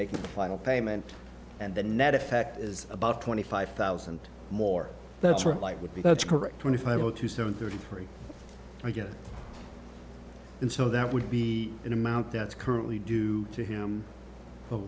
make a final payment and the net effect is about twenty five thousand more that's what life would be that's correct twenty five zero two seven thirty three i guess and so that would be an amount that's currently due to him